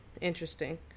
interesting